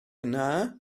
yna